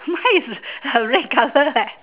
mine is a red colour leh